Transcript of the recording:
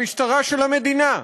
המשטרה של המדינה.